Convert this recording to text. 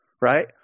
right